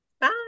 Bye